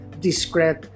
discreet